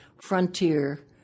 frontier